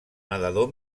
nedador